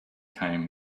came